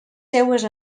seues